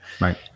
Right